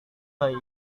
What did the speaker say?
bayi